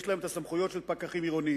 יש להן הסמכויות של פקחים עירוניים.